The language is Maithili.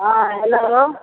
हँ हेलो